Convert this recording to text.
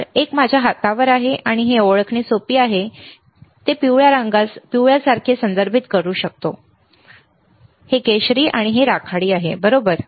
तर एक माझ्या हातावर आहे आणि हे ओळखणे सोपे आहे की मी ते पिवळ्यासारखे संदर्भित करू शकतो बरोबर हे केशरी आणि राखाडी आहे बरोबर